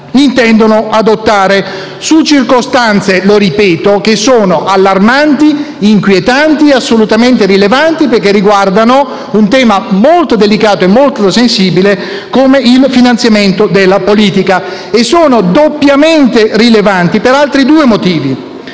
intendano adottare, su circostanze - lo ripeto - che sono allarmanti, inquietanti e assolutamente rilevanti, perché riguardano un tema molto delicato e sensibile, come il finanziamento della politica. Sono doppiamente rilevanti per altri due motivi: